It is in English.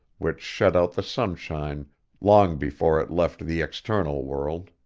which shut out the sunshine long before it left the external world.